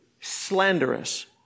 Slanderous